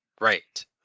right